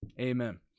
Amen